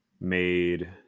made